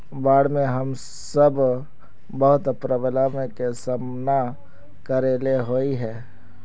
बाढ में हम सब बहुत प्रॉब्लम के सामना करे ले होय है?